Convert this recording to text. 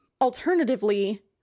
alternatively